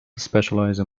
specialize